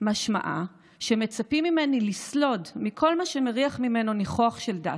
משמעה שמצפים ממני לסלוד מכל מה שמריח ממנו ניחוח של דת,